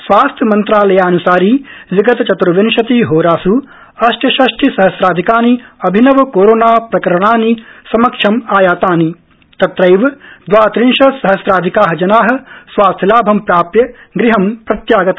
स्वास्थ्यमन्त्रालयानुसारि विगतचत्र्विशति होरास् अष्टषष्टिसहस्राधिकानि अभिवनकोरोनाप्रकरणानि समक्षमायातानि तत्रैव द्वात्रिशत्सहस्राधिका जना स्वास्थ्यलाभं प्राप्य गृहं प्रत्यागता